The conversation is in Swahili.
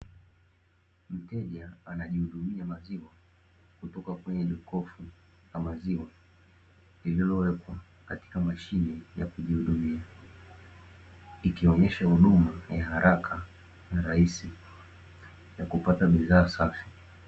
Mteja anajihudumia maziwa kutoka kwenye jokofu la maziwa, linalowekwa katika mashine ya kujihudumia, ikionyesha huduma ya haraka na rahisi ya kupata bidhaa safi.